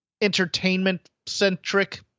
entertainment-centric